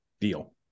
deal